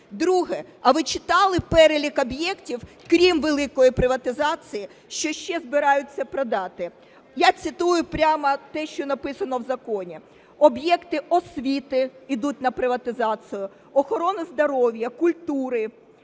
Друге. А ви читали перелік об'єктів, крім великої приватизації, що ще збираються продати? Я цитую прямо те, що написано в законі: об'єкти освіти ідуть на приватизацію, охорони здоров'я, культури,